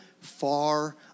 far